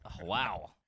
Wow